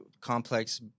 complex